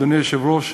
אדוני היושב-ראש,